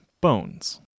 bones